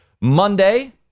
Monday